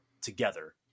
together